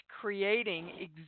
creating